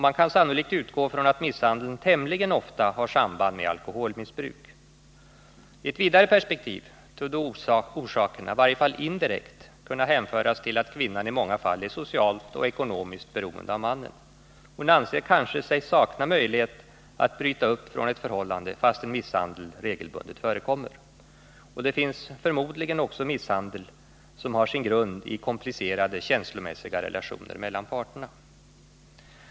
Man kan sannolikt utgå från att misshandeln tämligen ofta har samband med alkoholmissbruk. I ett vidare perspektiv torde orsakerna, i varje fall indirekt, kunna hänföras till att kvinnan i många fall är socialt och ekonomiskt beroende av mannen. Hon anser sig kanske sakna möjlighet att bryta upp från ett förhållande fastän misshandel regelbundet förekommer. Det finns förmodligen också misshandel som har sin grund i komplicerade känslomässiga relationer mellan parterna.